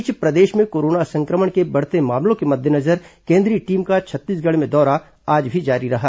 इस बीच प्रदेश में कोरोना सं क्र मण के बढ़ते मामलों के मद्देनजर केंद्रीय टीम का छत्तीसगढ़ में दौरा आज भी जारी रहा